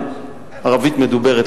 אנחנו סבורים,